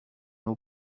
eau